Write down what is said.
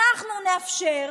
אנחנו נאפשר,